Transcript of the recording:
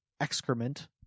excrement